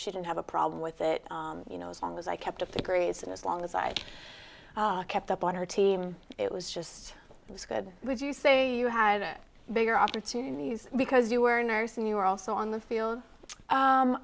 she didn't have a problem with it you know as long as i kept up degrees and as long as i kept up on her team it was just it was good would you say you had a bigger opportunities because you were nurse and you were also on the field